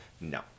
No